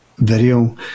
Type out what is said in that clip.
video